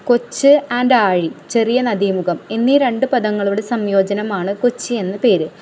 കൊച്ച് ആൻഡ് ആഴി ചെറിയനദിമുഖം എന്നീ രണ്ട് പദങ്ങങ്ങളുടെ സംയോജനമാണ് കൊച്ചി എന്ന പേര്